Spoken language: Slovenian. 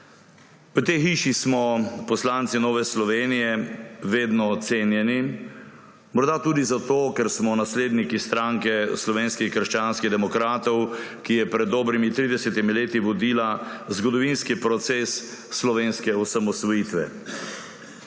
V tej hiši smo poslanci Nove Slovenije vedno cenjeni, morda tudi zato, ker smo nasledniki stranke Slovenskih krščanskih demokratov, ki je pred dobrimi 30 leti vodila zgodovinski proces slovenske osamosvojitve.